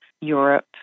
Europe